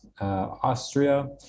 Austria